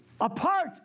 apart